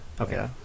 Okay